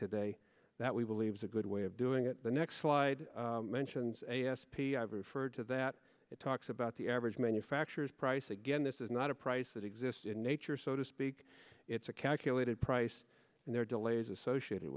today that we believe is a good way of doing it the next slide mentions a s p i've referred to that it talks about the average manufacturer's price again this is not a price that exists in nature so to speak it's a calculated price and there are delays associated